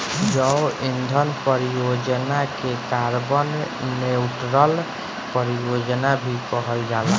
जैव ईंधन परियोजना के कार्बन न्यूट्रल परियोजना भी कहल जाला